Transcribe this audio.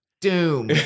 doom